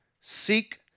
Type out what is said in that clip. Seek